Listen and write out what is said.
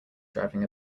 driving